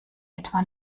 etwa